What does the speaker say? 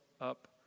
up